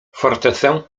fortecę